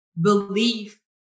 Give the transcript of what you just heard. belief